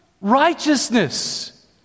Righteousness